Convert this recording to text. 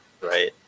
right